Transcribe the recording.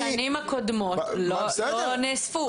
בשנים הקודמות לא נאספו.